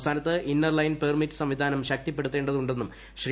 സംസ്ഥാനത്ത് inner line permit സംവിധാനം ശക്തിപ്പെടുത്തേണ്ടതുണ്ടെന്നും ശ്രീ